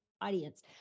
audience